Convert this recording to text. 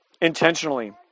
intentionally